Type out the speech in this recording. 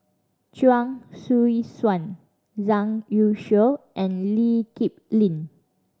Chuang Hui Tsuan Zhang Youshuo and Lee Kip Lin